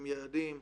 עם יעדים,